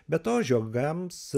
be to žiogams